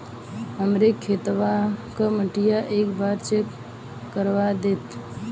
हमरे खेतवा क मटीया एक बार चेक करवा देत?